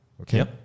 okay